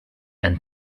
and